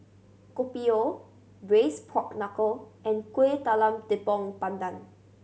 Kopi O Braised Pork Knuckle and Kuih Talam Tepong Pandan